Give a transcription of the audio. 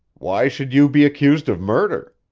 why should you be accused of murder?